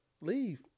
Leave